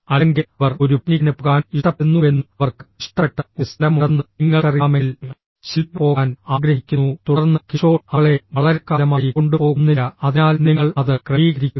അല്ലെങ്കിൽ അവർ ഒരു പിക്നിക്കിന് പോകാൻ ഇഷ്ടപ്പെടുന്നുവെന്നും അവർക്ക് ഇഷ്ടപ്പെട്ട ഒരു സ്ഥലമുണ്ടെന്നും നിങ്ങൾക്കറിയാമെങ്കിൽ ശിൽപ പോകാൻ ആഗ്രഹിക്കുന്നു തുടർന്ന് കിഷോർ അവളെ വളരെക്കാലമായി കൊണ്ടുപോകുന്നില്ല അതിനാൽ നിങ്ങൾ അത് ക്രമീകരിക്കുക